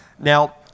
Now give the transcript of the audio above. Now